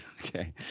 Okay